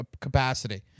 capacity